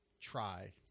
try